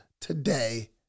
today